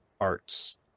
arts